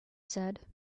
said